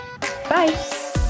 Bye